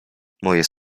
moje